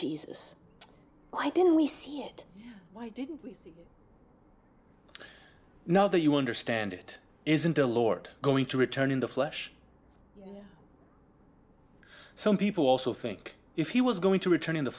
jesus i didn't we see it why didn't we see now that you understand it isn't the lord going to return in the flesh some people also think if he was going to return in the